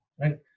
right